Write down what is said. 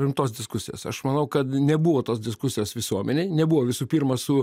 rimtos diskusijos aš manau kad nebuvo tos diskusijos visuomenėj nebuvo visų pirma su